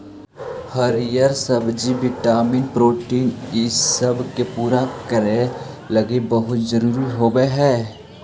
हरीअर सब्जियन vitamin protein ईसब के पूरा करे लागी बहुत जरूरी होब हई